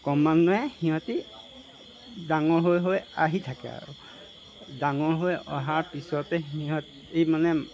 ক্ৰমান্বয়ে সিহঁতি ডাঙৰ হৈ হৈ আহি থাকে আৰু ডাঙৰ হৈ অহাৰ পিছতে সিহঁতি মানে